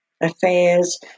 affairs